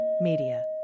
Media